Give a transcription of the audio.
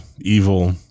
evil